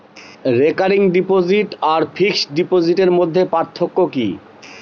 Recurring deposit আর fixed ডিপোজিটের মধ্যে পার্থক্য কি?